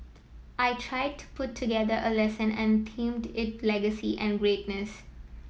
I tried to put together a lesson and themed it legacy and greatness